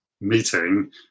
meeting